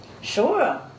Sure